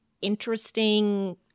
interesting